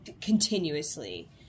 continuously